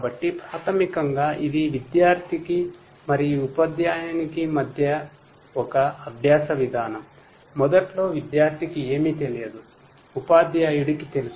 కాబట్టి ప్రాథమికంగా ఇది విద్యార్థికి మరియు ఉపాధ్యాయునికి మధ్య ఒక అభ్యాస విధానం మొదట్లో విద్యార్థికి ఏమీ తెలియదు ఉపాధ్యాయుడికి తెలుసు